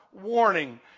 warning